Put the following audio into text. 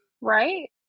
right